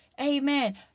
Amen